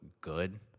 good